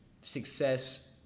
success